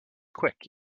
quick